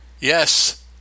Yes